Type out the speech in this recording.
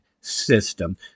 system